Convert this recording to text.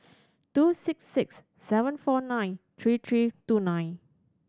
two six six seven four nine three three two nine